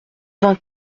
vingt